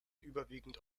überwiegend